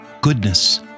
goodness